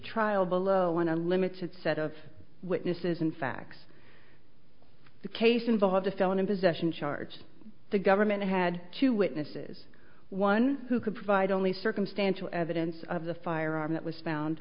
trial below an unlimited set of witnesses and facts of the case involved a felon in possession charge the government had two witnesses one who could provide only circumstantial evidence of the firearm that was found